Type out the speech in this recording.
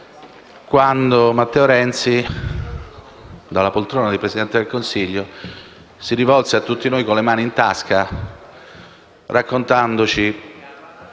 Grazie